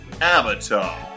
Avatar